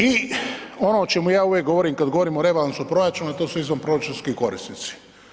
I ono o čemu ja uvijek govorim kad govorim o rebalansu proračuna to su izvanproračunski korisnici.